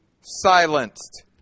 silenced